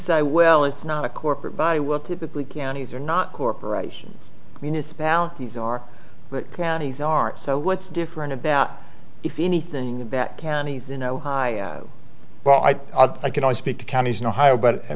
say well it's not a corporate buy will typically counties or not corporations municipalities are counties are so what's different about if anything the best counties in ohio but i can only speak to counties in ohio but